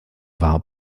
war